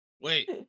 Wait